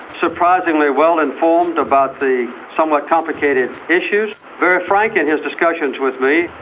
surprisingly well informed about the somewhat complicated issues, very frank in his discussions with me,